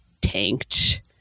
tanked